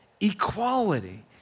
equality